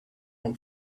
own